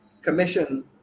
commission